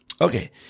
Okay